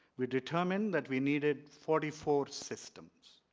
we determine that we needed forty four systems.